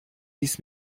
dies